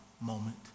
moment